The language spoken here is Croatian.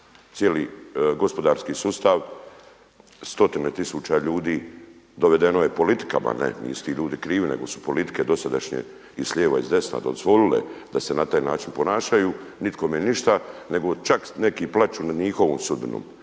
cijeli gospodarski sustav, stotine tisuća ljudi dovedeno je politikama. Ne nisu ti ljudi krivi, nego su politike dosadašnje i s lijeva i s desna dozvolile da se na taj način ponašaju. Nikome ništa, nego čak neki plaću nad njihovom sudbinom.